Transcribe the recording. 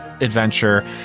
adventure